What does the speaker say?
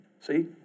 See